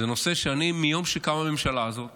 זה נושא שמיום שקמה הממשלה הזאת